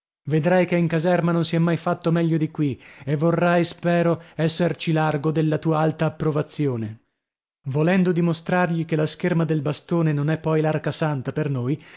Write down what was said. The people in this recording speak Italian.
vedrai che in caserma non si è mai fatto meglio di qui e vorrai spero esserci largo della tua alta approvazione volendo dimostrargli che la scherma del bastone non è poi l'arca santa per noi